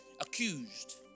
accused